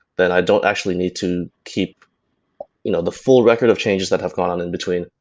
then i don't actually need to keep you know the full record of changes that have gone on in between.